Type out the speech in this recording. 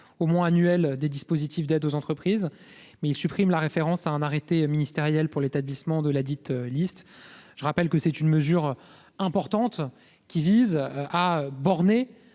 Au moins annuelle des dispositifs d'aide aux entreprises mais il supprime la référence à un arrêté ministériel pour l'établissement de ladite liste, je rappelle que c'est une mesure importante qui vise à borner